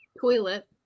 Toilet